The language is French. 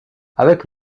avec